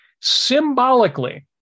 Symbolically